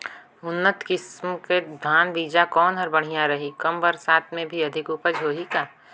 उन्नत किसम धान बीजा कौन हर बढ़िया रही? कम बरसात मे भी अधिक उपज होही का?